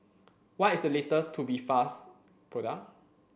what is the latest Tubifast product